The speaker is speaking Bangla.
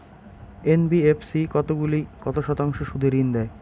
এন.বি.এফ.সি কতগুলি কত শতাংশ সুদে ঋন দেয়?